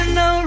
no